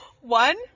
One